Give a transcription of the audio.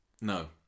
No